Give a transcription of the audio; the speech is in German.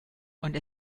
und